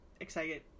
excited